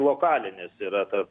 lokalinis yra tarp